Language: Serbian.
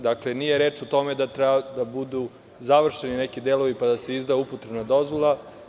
Dakle, nije reč o tome da treba da budu završeni neki delovi, pa da se izda upotrebna dozvola.